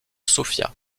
sofia